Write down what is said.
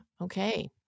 Okay